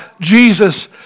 Jesus